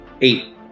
Eight